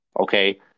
okay